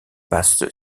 passe